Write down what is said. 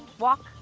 walk.